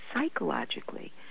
psychologically